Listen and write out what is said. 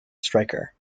striker